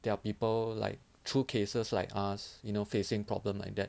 there are people like through cases like us you know facing problem like that